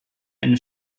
eine